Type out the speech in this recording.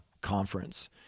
Conference